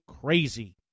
crazy